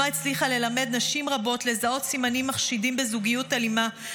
נועה הצליחה ללמד נשים רבות לזהות סימנים מחשידים בזוגיות אלימה,